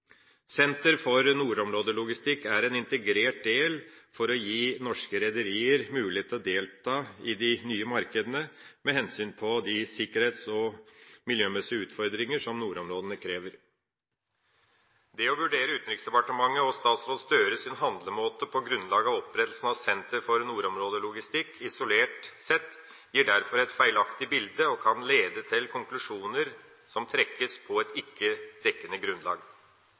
Senter for nordområdelogistikk er en integrert del for å gi norske rederier mulighet til å delta i de nye markedene med hensyn til de sikkerhets- og miljømessige utfordringer som nordområdene krever. Det å vurdere Utenriksdepartementets og statsråd Gahr Støres handlemåte på grunnlag av opprettelsen av Senter for nordområdelogistikk isolert sett gir derfor et feilaktig bilde og kan lede til at konklusjoner trekkes på et ikke dekkende grunnlag.